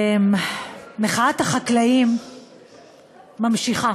מחאת החקלאים ממשיכה,